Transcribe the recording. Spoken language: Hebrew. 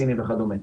הסיני וכדומה.